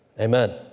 Amen